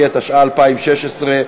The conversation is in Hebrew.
התשע"ד 2014,